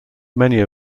many